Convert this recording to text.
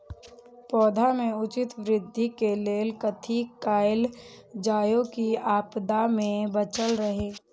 पौधा के उचित वृद्धि के लेल कथि कायल जाओ की आपदा में बचल रहे?